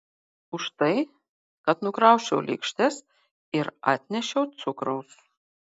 už tai kad nukrausčiau lėkštes ir atnešiau cukraus